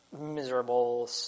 miserable